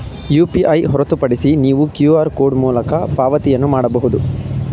UPI ಹೊರತುಪಡಿಸಿ ನೀವು QR code ಮೂಲಕ ಪಾವತಿಯನ್ನು ಮಾಡಬಹುದು